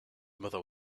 mother